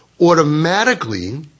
automatically